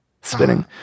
spinning